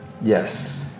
Yes